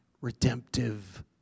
redemptive